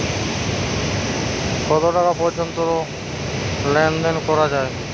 কটা পর্যন্ত লেন দেন করা য়ায়?